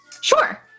Sure